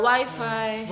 WiFi